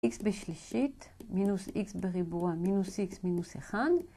x בשלישית, מינוס x בריבוע, מינוס x, מינוס 1.